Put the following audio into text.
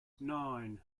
nine